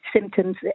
symptoms